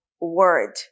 word